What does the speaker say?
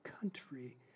country